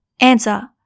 Answer